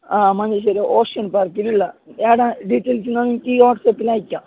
ആ മഞ്ചേശ്വരം ഓഷ്യൻ പാർക്കിലുള്ള ഞാൻ ഡീറ്റെയിൽസ് നിങ്ങൾക്ക് ഈ വാട്സപ്പിലയക്കാം